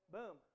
Boom